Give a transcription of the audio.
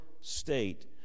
state